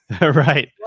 right